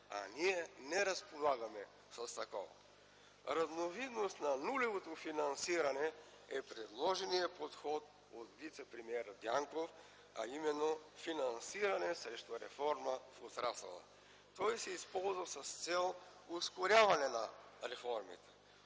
а ние не разполагаме с такова. Разновидност на нулевото финансиране е предложеният подход от вицепремиера Дянков, а именно финансиране срещу реформа в отрасъла. Той се използва с цел ускоряване на реформите.